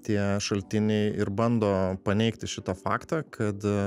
tie šaltiniai ir bando paneigti šitą faktą kad